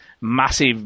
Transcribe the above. massive